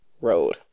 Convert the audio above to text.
road